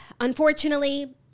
Unfortunately